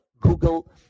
Google